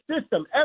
system